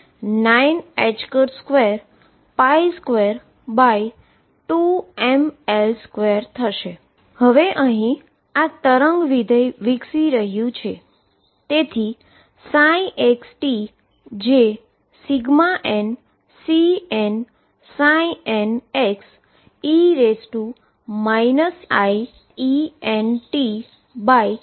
અને તેથી આ વેવ ફંક્શન વિકસી રહ્યું છે તેથી xt જે nCnnxe iEnt તરીકે આપવામાં આવશે